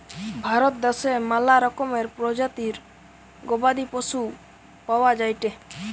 ভারত দ্যাশে ম্যালা রকমের প্রজাতির গবাদি পশু পাওয়া যায়টে